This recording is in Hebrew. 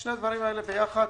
שני הדברים האלה ביחד